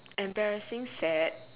embarrassing sad